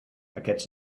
aquests